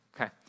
okay